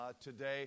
today